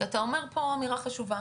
כי אתה אומר פה אמירה חשובה.